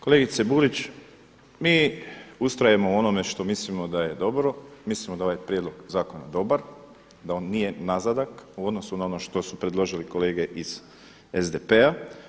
Kolegice Burić, mi ustrajemo u onome što mislimo da je dobro, mislimo da je ovaj prijedlog zakona dobar, da on nije nazadak u odnosu na ono što su predložile kolege iz SDP-a.